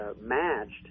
matched